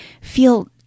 feel